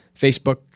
Facebook